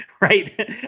right